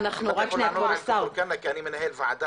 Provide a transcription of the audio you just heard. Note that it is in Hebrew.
חינוך לא פורמלי ופנאי וקהילה,